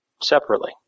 separately